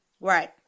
right